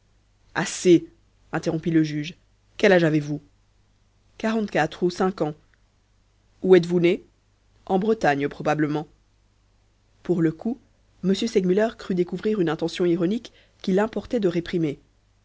assez interrompit le juge quel âge avez-vous quarante-quatre ou cinq ans où êtes-vous né en bretagne probablement pour le coup m segmuller crut découvrir une intention ironique qu'il importait de réprimer